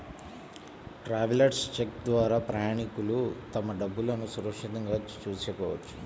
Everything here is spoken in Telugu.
ట్రావెలర్స్ చెక్ ద్వారా ప్రయాణికులు తమ డబ్బులును సురక్షితం చేసుకోవచ్చు